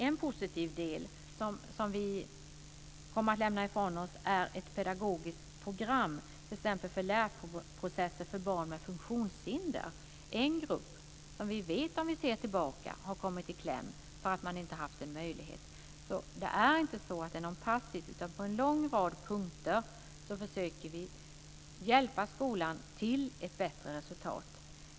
En positiv del som vi kommer att lämna ifrån oss är ett pedagogiskt program, t.ex. för lärprocesser för barn med funktionshinder. Det är en grupp som vi vet har kommit i kläm, om vi ser tillbaka, för att de inte har haft möjligheter. Regeringen är inte passiv. På en lång rad punkter försöker vi hjälpa skolan till ett bättre resultat.